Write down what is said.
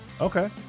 okay